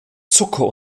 zucker